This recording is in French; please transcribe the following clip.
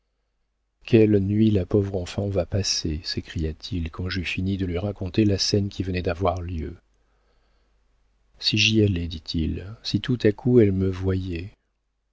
quelle nuit la pauvre enfant va passer s'écria-t-il quand j'eus fini de lui raconter la scène qui venait d'avoir lieu si j'y allais dit-il si tout à coup elle me voyait